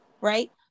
right